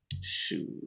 Shoot